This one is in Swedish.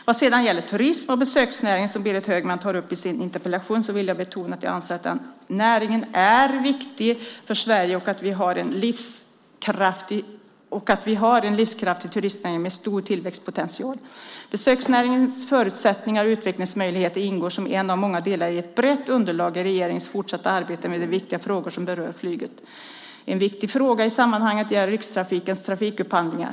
Vad sedan gäller turismen och besöksnäringen, som Berit Högman tar upp i sin interpellation, vill jag betona att jag anser att den näringen är viktig för Sverige och att vi har en livskraftig turistnäring med stor tillväxtpotential. Besöksnäringens förutsättningar och utvecklingsmöjligheter ingår som en av många delar i ett brett underlag i regeringens fortsatta arbete med de viktiga frågor som berör flyget. En viktig fråga i sammanhanget gäller Rikstrafikens trafikupphandlingar.